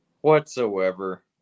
whatsoever